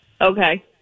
Okay